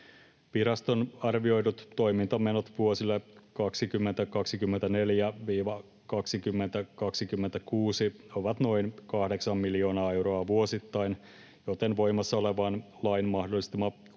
Viraston arvioidut toimintamenot vuosille 2024—2026 ovat noin 8 miljoonaa euroa vuosittain, joten voimassa olevan lain mahdollistama